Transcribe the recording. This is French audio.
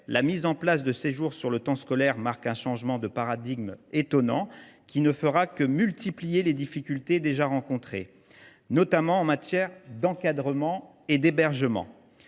la mise en place de séjours sur le temps scolaire marque un changement de paradigme étonnant, qui ne fera que multiplier les difficultés déjà rencontrées, notamment en matière d’encadrement et d’hébergement.